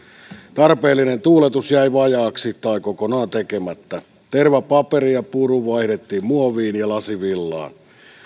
tarpeellinen tuuletus jäi vajaaksi tai kokonaan tekemättä tervapaperi ja puru vaihdettiin muoviin ja lasivillaan